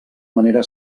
manera